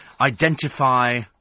identify